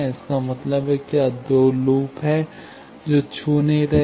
इसका मतलब है क्या दो लूप हैं जो छू नहीं रहे हैं